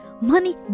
Money